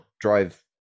drive